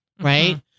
Right